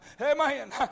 Amen